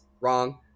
Wrong